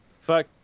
Fuck